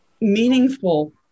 meaningful